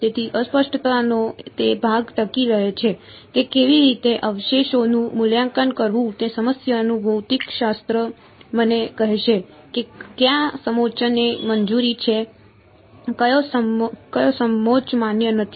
તેથી અસ્પષ્ટતાનો તે ભાગ ટકી રહે છે કે કેવી રીતે અવશેષોનું મૂલ્યાંકન કરવું તે સમસ્યાનું ભૌતિકશાસ્ત્ર મને કહેશે કે કયા સમોચ્ચને મંજૂરી છે કયો સમોચ્ચ માન્ય નથી